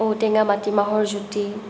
ঔ টেঙা মাটিমাহৰ জুতি